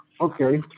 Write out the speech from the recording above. Okay